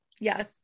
yes